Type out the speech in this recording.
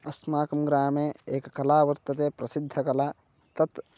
अस्माकं ग्रामे एककला वर्तते प्रसिद्धकला तत्